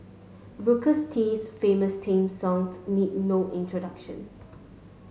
booker's T's famous theme songs need no introduction